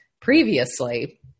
previously